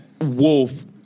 wolf